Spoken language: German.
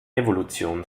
evolution